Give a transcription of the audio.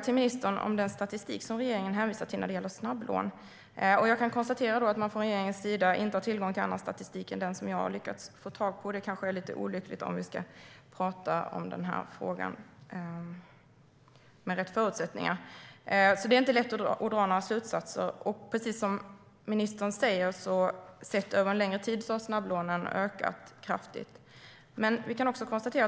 även ministern om den statistik som regeringen hänvisar till när det gäller snabblån. Jag kan konstatera att man från regeringens sida inte har tillgång till annan statistik än den jag har lyckats få tag på. Det kanske är lite olyckligt, om vi ska prata om den här frågan med rätt förutsättningar. Det är inte lätt att dra några slutsatser. Sett över en längre tid har snabblånen, som ministern säger, ökat kraftigt.